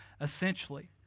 essentially